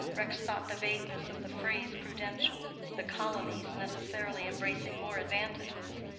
rex thought the vagueness of the phrase prudential the colonies necessarily embracing more advantages,